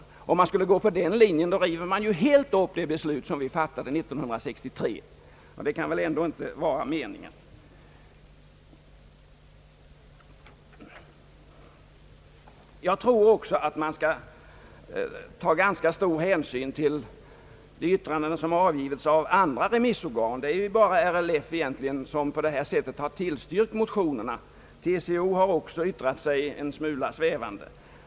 Om man skulle gå på den linjen, river man faktiskt helt och hållet upp det beslut som vi fattade år 1963, och det kan väl ändå inte vara meningen, Jag anser att man måste ta ganska stor hänsyn till de yttranden som har avgivits av andra remissorgan. Det är ju egentligen bara RLF som har tillstyrkt motionerna. TCO har yttrat sig en smula svävande.